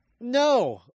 No